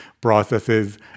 processes